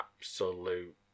absolute